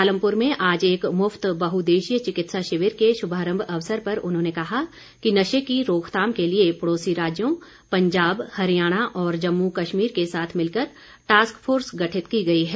पालमपुर में आज एक मुफ्त बहुउद्देशीय चिकित्सा शिविर के शुभारम्भ पर उन्होंने कहा कि नशे की रोकथाम के लिए पड़ोसी राज्यों पंजाब हरियाणा और जम्मू कश्मीर के साथ मिलकर टास्क फोर्स गठित की गई है